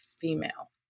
female